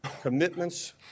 commitments